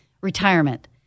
retirement